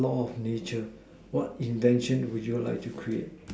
law of nature what invention would you like to create